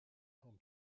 home